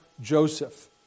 Joseph